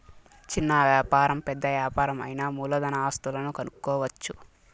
చిన్న వ్యాపారం పెద్ద యాపారం అయినా మూలధన ఆస్తులను కనుక్కోవచ్చు